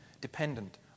dependent